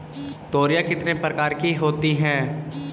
तोरियां कितने प्रकार की होती हैं?